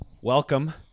welcome